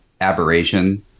aberration